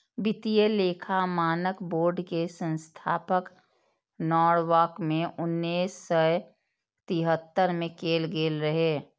वित्तीय लेखा मानक बोर्ड के स्थापना नॉरवॉक मे उन्नैस सय तिहत्तर मे कैल गेल रहै